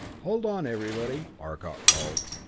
hold on everybody, arcot called.